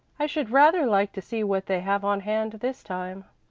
i should rather like to see what they have on hand this time.